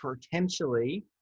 potentially